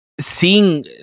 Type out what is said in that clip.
seeing